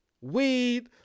Weed